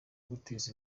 guteza